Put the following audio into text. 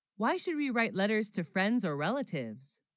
why should, we write letters to friends or relatives?